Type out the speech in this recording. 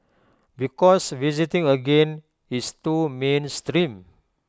because visiting again is too mainstream